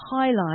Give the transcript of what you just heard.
highlight